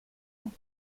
ans